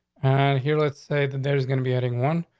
and here, let's say that there is going to be adding one,